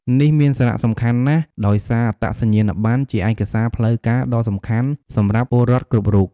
នេះមានសារៈសំខាន់ណាស់ ដោយសារអត្តសញ្ញាណប័ណ្ណជាឯកសារផ្លូវការដ៏សំខាន់សម្រាប់ពលរដ្ឋគ្រប់រូប។